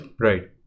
Right